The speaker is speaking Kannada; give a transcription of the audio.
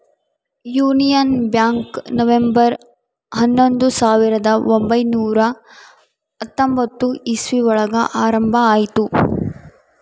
ಯೂನಿಯನ್ ಬ್ಯಾಂಕ್ ನವೆಂಬರ್ ಹನ್ನೊಂದು ಸಾವಿರದ ಒಂಬೈನುರ ಹತ್ತೊಂಬತ್ತು ಇಸ್ವಿ ಒಳಗ ಆರಂಭ ಆಯ್ತು